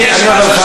אני אומר לך,